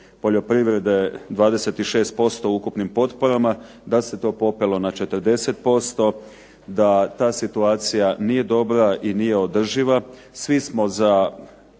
poljoprivrede 26% u ukupnim potporama da se to popelo na 40%, da ta situacija nije dobra i nije održiva. Svi smo